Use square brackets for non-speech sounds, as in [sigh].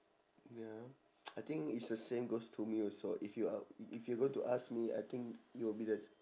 ya ah [noise] I think it's the same goes to me also if you a~ if you're going to ask me I think it will be the